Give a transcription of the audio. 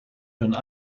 een